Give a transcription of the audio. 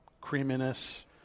creaminess